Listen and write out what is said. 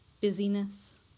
busyness